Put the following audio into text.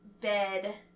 bed